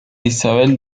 isabel